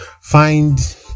find